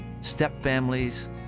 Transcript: stepfamilies